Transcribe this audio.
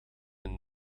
een